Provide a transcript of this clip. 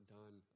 done